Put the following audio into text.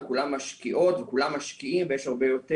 כולן משקיעות וכולם משקיעים ויש הרבה יותר